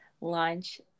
lunch